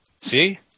See